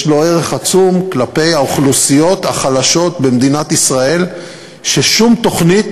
יש לו ערך עצום כלפי האוכלוסיות החלשות במדינת ישראל ששום תוכנית